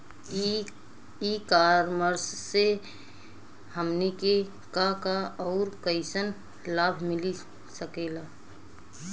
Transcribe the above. ई कॉमर्स से हमनी के का का अउर कइसन लाभ मिल सकेला?